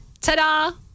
ta-da